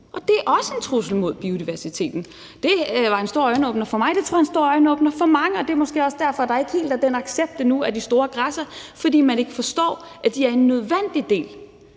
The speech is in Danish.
og det er også en trussel mod biodiversiteten. Det var en stor øjenåbner for mig, og det tror jeg var en stor øjenåbner for mange, og det er måske også derfor, at der ikke helt er den accept endnu af de store græssere; man forstår ikke, at de er en nødvendig del